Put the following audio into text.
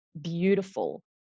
beautiful